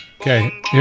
Okay